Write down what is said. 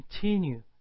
continue